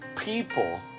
people